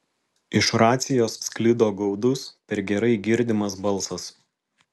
iš racijos sklido gaudus per gerai girdimas balsas